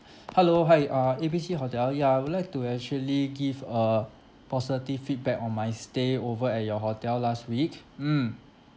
hello hi uh A B C hotel ya I would like to actually give a positive feedback on my stay over at your hotel last week mm